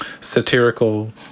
satirical